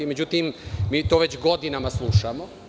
Međutim, mi to već godinama slušamo.